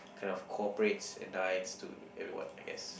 kind of corporates and nice to everyone I guess